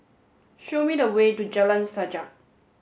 show me the way to Jalan Sajak